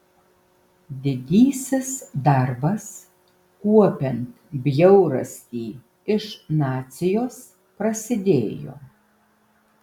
didysis darbas kuopiant bjaurastį iš nacijos prasidėjo